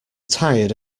tired